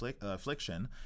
affliction